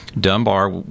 Dunbar